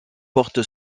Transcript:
porte